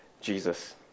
Jesus